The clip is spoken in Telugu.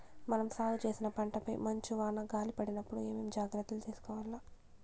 మనం సాగు చేసిన పంటపై మంచు, వాన, గాలి పడినప్పుడు ఏమేం జాగ్రత్తలు తీసుకోవల్ల?